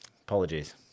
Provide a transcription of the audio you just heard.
Apologies